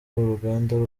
uruganda